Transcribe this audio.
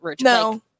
No